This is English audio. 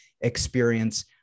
experience